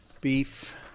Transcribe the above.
beef